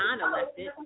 non-elected